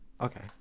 okay